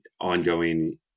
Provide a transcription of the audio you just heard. ongoing